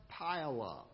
pileup